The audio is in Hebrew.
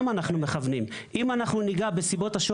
אני אגע באופן כללי על התופעה שנקראת 'תופעת פלישות עדרים'.